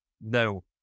No